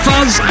Fuzz